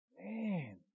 Man